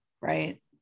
Right